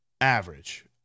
average